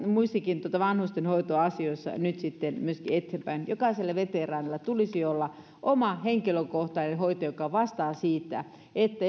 muissakin vanhustenhoitoasioissa nyt myöskin eteenpäin jokaisella veteraanilla tulisi olla oma henkilökohtainen hoitaja joka vastaa siitä että